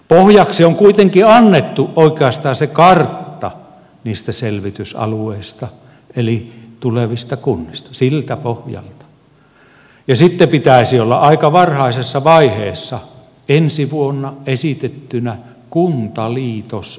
pohjaksi on kuitenkin annettu oikeastaan se kartta niistä selvitysalueista eli tulevista kunnista siltä pohjalta ja sitten pitäisi olla aika varhaisessa vaiheessa ensi vuonna esitettynä kuntaliitosesitys